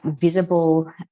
visible